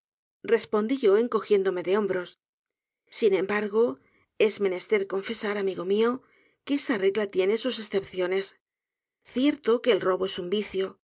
respondí yo encogiéndome de hombros n embargo es menester confesar amigo mío que esa regla tiene sus escepciones cierto que el robo es un vicio